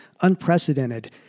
unprecedented